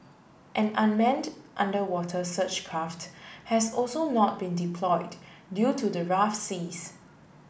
an unmanned underwater search craft has also not been deployed due to the rough seas